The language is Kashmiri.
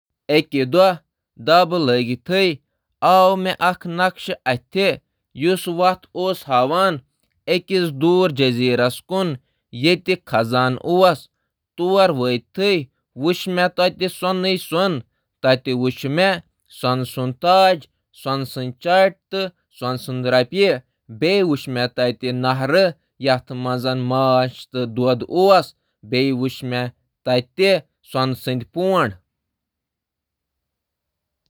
أکِس منظرنامُک تصور کٔرِو یتھ منٛز مےٚ اکھ نقشہٕ پیش کرنہٕ چھُ آمُت یُس أکِس ویران جزیرس پٮ۪ٹھ خزانہٕ کُن گژھان چھُ۔ منزلَس پٮ۪ٹھ واتنہٕ پتہٕ کوٚر مےٚ سۄنہٕ خزانن ہُنٛد خزانہٕ دریافت، یَتھ منٛز اکھ شاندار سۄنہٕ تاج تہِ شٲمِل چھُ، یُس قۄدرَت کِس پس منظرَس منٛز چھُ بناونہٕ آمُت یَتھ منٛز ماچھ تہٕ دۄدٕک دٔریاو چھِ۔ یہٕ تجرُبہٕ چُھ نامعلوم علاقن ہنٛز لالچ تہٕ صلاحیتس اجاگر کران۔